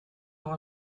door